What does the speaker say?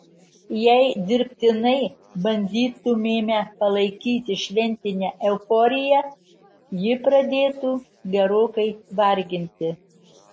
jei dirbtinai bandytumėme palaikyti šventinę euforiją ji pradėtų gerokai varginti